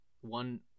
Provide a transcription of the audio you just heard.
one